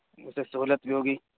اس سے سہولت بھی ہوگی